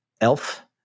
ELF